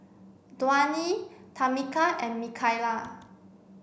Dwyane Tamika and Mikayla